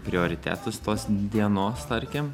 prioritetus tos dienos tarkim